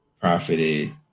profited